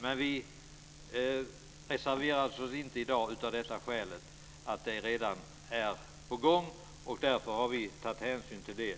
Men vi reserverar oss alltså inte i dag av det skälet att det redan är på gång. Vi har tagit hänsyn till det.